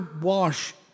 wash